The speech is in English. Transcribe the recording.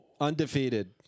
undefeated